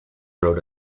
wrote